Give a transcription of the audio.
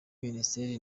minisiteri